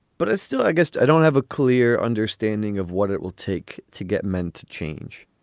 but it's still i guess i don't have a clear understanding of what it will take to get men to change